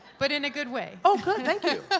but in a good way. oh, good, thank you!